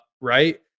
right